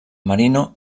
marino